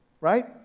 right